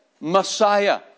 Messiah